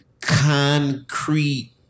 concrete